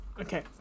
Okay